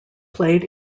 played